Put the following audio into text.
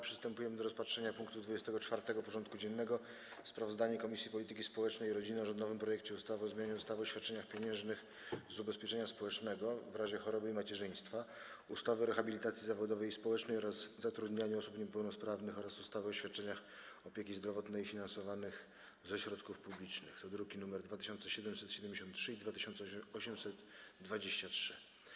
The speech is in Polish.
Przystępujemy do rozpatrzenia punktu 24. porządku dziennego: Sprawozdanie Komisji Polityki Społecznej i Rodziny o rządowym projekcie ustawy o zmianie ustawy o świadczeniach pieniężnych z ubezpieczenia społecznego w razie choroby i macierzyństwa, ustawy o rehabilitacji zawodowej i społecznej oraz zatrudnianiu osób niepełnosprawnych oraz ustawy o świadczeniach opieki zdrowotnej finansowanych ze środków publicznych (druki nr 2773 i 2823)